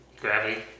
Gravity